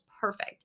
perfect